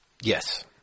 Yes